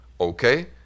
Okay